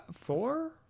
four